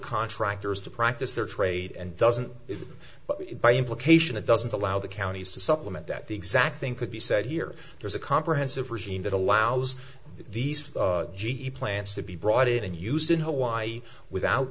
contractors to practice their trade and doesn't but by implication it doesn't allow the counties to supplement that the exact thing could be said here there's a comprehensive regime that allows these g e plants to be brought in and used in hawaii without